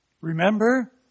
Remember